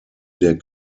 der